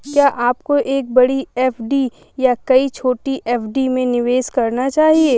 क्या आपको एक बड़ी एफ.डी या कई छोटी एफ.डी में निवेश करना चाहिए?